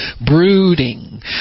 brooding